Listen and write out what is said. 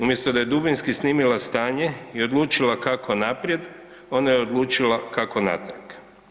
Umjesto da je dubinski snimila stanje i odlučila kako naprijed, ona je odlučila kako natrag.